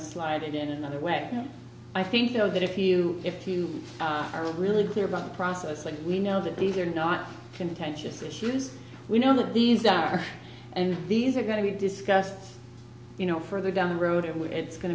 to slide it in another way i think you know that if you if you are really clear about the process like we know that these are not contentious issues we know that these are and these are going to be discussed you know further down the road if it's going